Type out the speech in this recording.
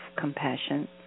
compassion